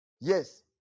yes